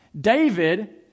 David